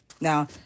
Now